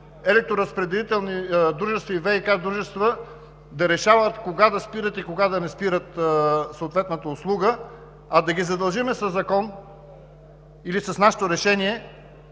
електроразпределителни и ВиК дружества да решават кога да спират и кога не съответната услуга, а да ги задължим със закон или с нашето решение